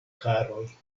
haroj